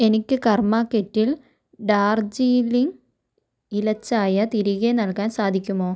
എനിക്ക് കർമ്മ കെറ്റിൽ ഡാർജിലിംഗ് ഇല ചായ തിരികെ നൽകാൻ സാധിക്കുമോ